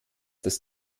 das